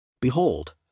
Behold